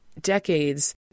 decades